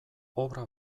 obra